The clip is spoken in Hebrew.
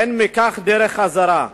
אין מכך דרך חזרה.